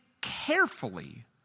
carefully